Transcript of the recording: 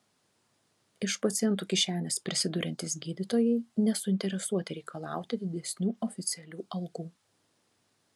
iš pacientų kišenės prisiduriantys gydytojai nesuinteresuoti reikalauti didesnių oficialių algų